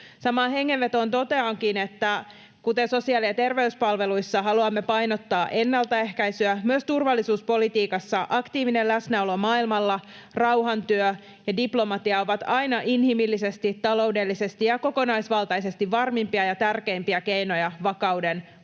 Samaan hengenvetoon toteankin, että kuten sosiaali- ja terveyspalveluissa, haluamme painottaa ennaltaehkäisyä myös turvallisuuspolitiikassa. Aktiivinen läsnäolo maailmalla, rauhantyö ja diplomatia ovat aina inhimillisesti, taloudellisesti ja kokonaisvaltaisesti varmimpia ja tärkeimpiä keinoja vakauden